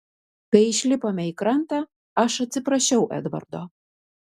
kai išlipome į krantą aš atsiprašiau edvardo